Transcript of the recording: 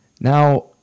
now